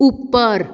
ਉੱਪਰ